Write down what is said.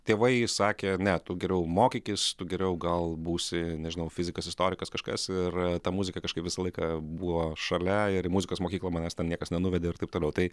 tėvai sakė ne tu geriau mokykis tu geriau gal būsi nežinau fizikas istorikas kažkas ir ta muzika kažkaip visą laiką buvo šalia ir į muzikos mokyklą manęs ten niekas nenuvedė ir taip toliau tai